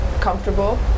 comfortable